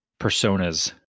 personas